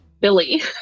Billy